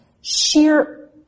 sheer